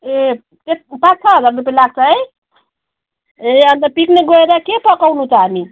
ए त्यति पाँच छ हजार रुपे लाग्छ है ए अन्त पिकनिक गएर के पकाउनु त हामी